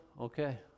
Okay